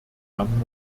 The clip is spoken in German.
damen